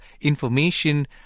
information